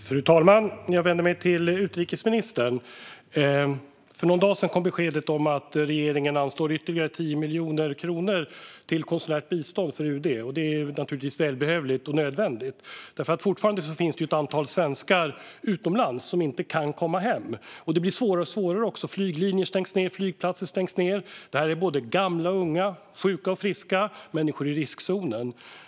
Fru talman! Jag vänder mig till utrikesministern. För någon dag sedan kom beskedet att regeringen anslår ytterligare 10 miljoner kronor till konsulärt bistånd för UD. Det är välbehövligt och nödvändigt, för det finns fortfarande ett antal svenskar utomlands som inte kan ta sig hem. Det blir också svårare och svårare, då flyglinjer dras in och flygplatser stängs ned. Det är både gamla och unga, sjuka och friska och människor i riskzonen.